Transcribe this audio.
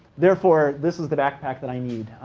therefore, this is the backpack that i need.